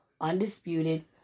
Undisputed